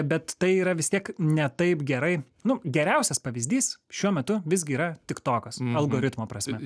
bet tai yra vis tiek ne taip gerai nu geriausias pavyzdys šiuo metu visgi yra tiktokas algoritmo prasme